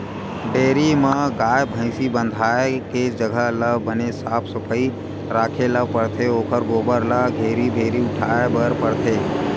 dairy म गाय, भइसी बंधाए के जघा ल बने साफ सफई राखे ल परथे ओखर गोबर ल घेरी भेरी उठाए बर परथे